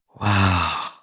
wow